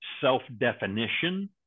self-definition